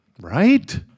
right